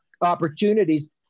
opportunities